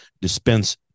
dispense